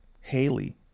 Haley